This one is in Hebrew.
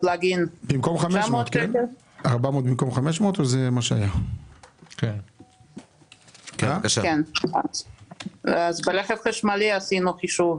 במקום 500. ברכב חשמלי עשינו חישוב